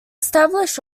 established